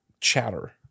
chatter